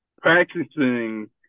practicing